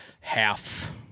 Half-